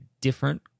different